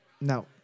No